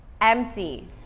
empty